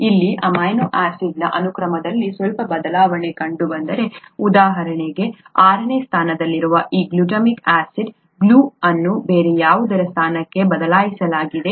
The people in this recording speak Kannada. ಇಲ್ಲಿ ಅಮೈನೋ ಆಸಿಡ್ನ ಅನುಕ್ರಮದಲ್ಲಿ ಸ್ವಲ್ಪ ಬದಲಾವಣೆ ಕಂಡುಬಂದರೆ ಉದಾಹರಣೆಗೆ ಆರನೇ ಸ್ಥಾನದಲ್ಲಿರುವ ಈ ಗ್ಲುಟಾಮಿಕ್ ಆಸಿಡ್ ಅನ್ನು ಬೇರೆ ಯಾವುದಾದರು ಸ್ಥಾನಕ್ಕೆ ಬದಲಾಯಿಸಲಾಗಿದೆ